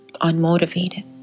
unmotivated